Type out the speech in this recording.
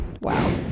Wow